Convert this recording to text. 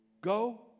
Go